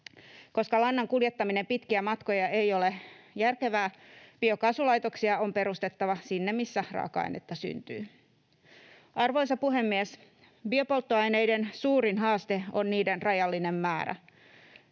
Koska lannan kuljettaminen pitkiä matkoja ei ole järkevää, biokaasulaitoksia on perustettava sinne, missä raaka-ainetta syntyy. Arvoisa puhemies! Biopolttoaineiden suurin haaste on niiden rajallinen määrä.